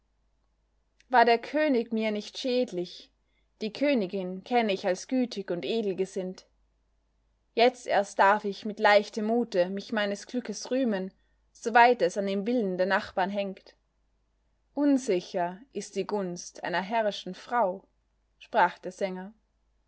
war der könig mir nicht schädlich die königin kenne ich als gütig und edelgesinnt jetzt erst darf ich mit leichtem mute mich meines glückes rühmen soweit es an dem willen der nachbarn hängt unsicher ist die gunst einer herrischen frau sprach der sänger